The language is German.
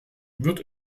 wird